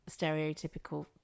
stereotypical